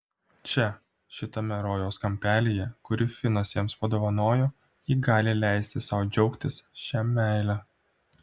čia šitame rojaus kampelyje kurį finas jiems padovanojo ji gali leisti sau džiaugtis šia meile